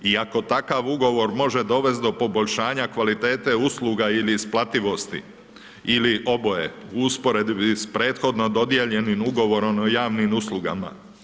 I ako takav ugovor može dovesti do poboljšanja kvalitete usluga ili isparljivosti ili oboje u usporedbi s prethodno dodijeljenim ugovorom o javnim uslugama.